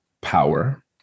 power